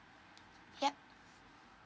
yup